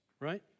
right